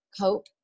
cope